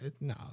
No